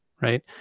right